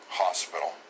hospital